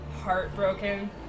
heartbroken